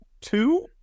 two